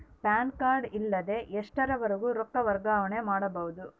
PAN card ಇಲ್ಲದ ಎಷ್ಟರವರೆಗೂ ರೊಕ್ಕ ವರ್ಗಾವಣೆ ಮಾಡಬಹುದು?